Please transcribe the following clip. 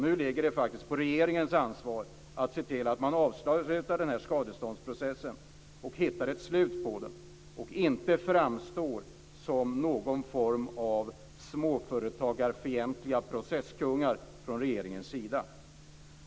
Nu ligger det faktiskt på regeringens ansvar att se till att man avslutar den här skadeståndsprocessen, att man hittar ett slut på den och att man från regeringens sida inte framstår som något slags småföretagarfientliga processkungar.